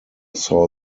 saw